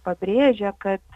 pabrėžia kad